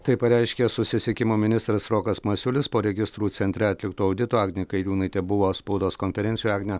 tai pareiškė susisiekimo ministras rokas masiulis po registrų centre atlikto audito agnė kairiūnaitė buvo spaudos konferencijoj agne